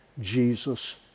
Jesus